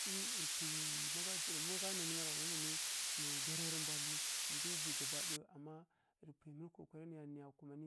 Tsǝwi rǝ pwi ma gha dzǝ na wanǝ nanǝ nǝ gaba ɗaya, amma rǝ pwi mǝlǝ kokarǝ na ɗaya nǝya kumanǝ